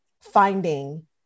finding